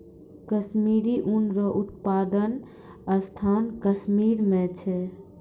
कश्मीरी ऊन रो उप्तादन स्थान कश्मीर मे छै